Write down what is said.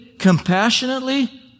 ...compassionately